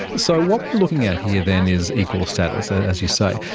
so what we're looking at here, then, is equal status, as you say.